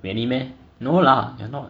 really meh no lah you're not